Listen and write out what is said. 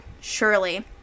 surely